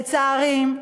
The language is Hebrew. לצערי,